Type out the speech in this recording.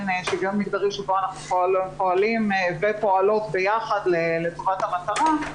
שוויון מגדרי שבו אנחנו פועלים ופועלות ביחד לטובת המטרה.